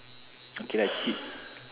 okay lah cheap